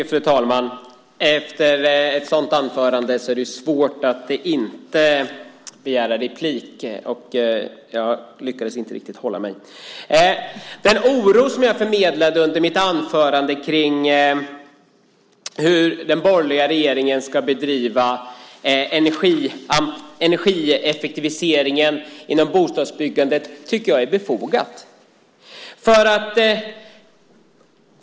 Fru talman! Efter ett sådant anförande är det svårt att inte begära replik. Den oro som jag förmedlade i mitt anförande om hur den borgerliga regeringen ska bedriva energieffektiviseringen inom bostadsbyggandet tycker jag är befogad.